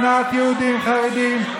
שנאת יהודים חרדים,